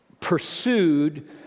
pursued